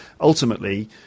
ultimately